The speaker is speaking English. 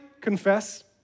Confess